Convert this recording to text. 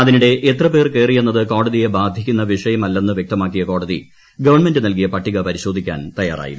അതിനിടെ എത്രപേർ കയറിയെന്നത് കോടതിയെ ബാധിക്കുന്ന വിഷയമല്ലെന്ന് വൃക്തമാക്കിയ കോടതി ഗവൺമെന്റ് നൽകിയ പട്ടിക പരിശോധിക്കാൻ തയ്യാറായില്ല